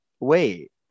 Wait